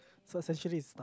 so essentially its